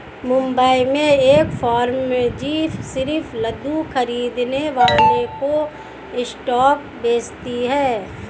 मुंबई में एक फार्म है जो सिर्फ लघु खरीदने वालों को स्टॉक्स बेचती है